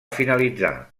finalitzar